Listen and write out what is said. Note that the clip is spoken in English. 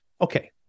Okay